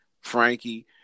Frankie